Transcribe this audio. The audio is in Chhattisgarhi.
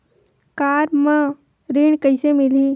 कार म ऋण कइसे मिलही?